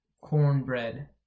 cornbread